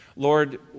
Lord